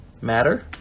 matter